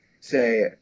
say